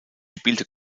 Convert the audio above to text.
spielte